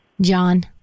John